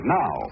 now